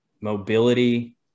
mobility